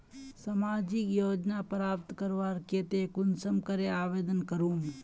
सामाजिक योजना प्राप्त करवार केते कुंसम करे आवेदन करूम?